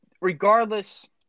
regardless